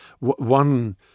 one